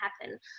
happen